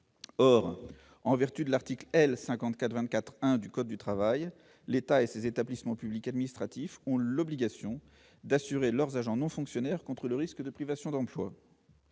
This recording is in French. Or, en vertu de l'article L. 5424-1 du code du travail, l'État et ses établissements publics administratifs ont l'obligation d'assurer leurs agents non fonctionnaires contre le risque de privation d'emploi.